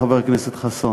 חבר הכנסת חסון.